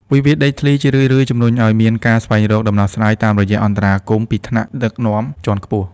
វិវាទដីធ្លីជារឿយៗជំរុញឱ្យមានការស្វែងរកដំណោះស្រាយ តាមរយៈអន្តរាគមន៍ពីថ្នាក់ដឹកនាំជាន់ខ្ពស់។